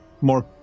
More